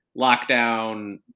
lockdown